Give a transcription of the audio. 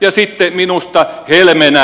sitten minusta helmenä